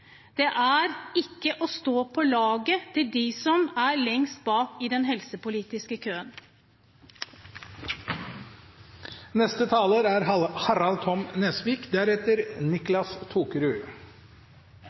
Det er ikke å stå på laget til dem som er lengst bak i den helsepolitiske køen.